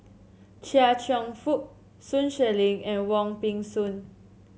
Chia Cheong Fook Sun Xueling and Wong Peng Soon